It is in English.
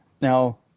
now